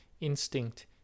instinct